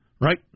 Right